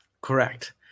Correct